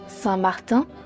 Saint-Martin